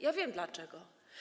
Ja wiem, dlaczego.